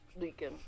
leaking